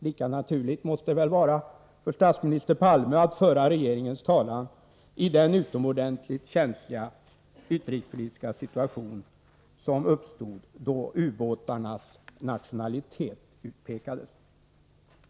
Lika naturligt måste det väl vara för statsminister Palme att föra regeringens talan i den utomordentligt känsliga utrikespolitiska situation som uppstod då ubåtarnas nationalitet utpekades.